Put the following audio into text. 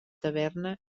taverna